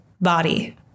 body